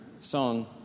Song